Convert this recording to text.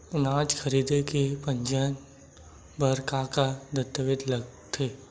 अनाज खरीदे के पंजीयन बर का का दस्तावेज लगथे?